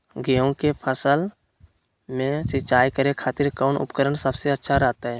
गेहूं के फसल में सिंचाई करे खातिर कौन उपकरण सबसे अच्छा रहतय?